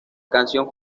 canción